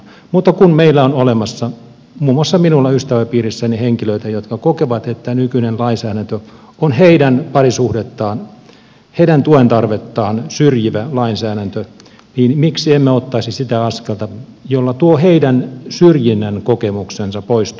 mutta kun meillä on olemassa muun muassa minulla ystäväpiirissäni henkilöitä jotka kokevat että nykyinen lainsäädäntö on heidän parisuhdettaan heidän tuen tarvettaan syrjivä lainsäädäntö niin miksi emme ottaisi sitä askelta jolla tuo heidän syrjinnän kokemuksensa poistuu